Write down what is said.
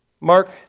Mark